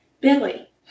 Billy